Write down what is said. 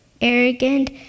arrogant